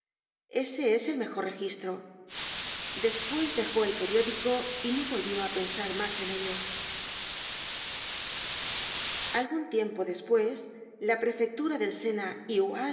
ese es el mejor registro despues dejó el periódico y no volvió á pensar mas en ello algun tiempo despues la prefectura del